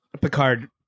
Picard